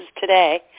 today